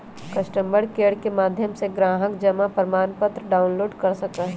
customer care के माध्यम से ग्राहक जमा प्रमाणपत्र डाउनलोड कर सका हई